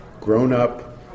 grown-up